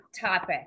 topic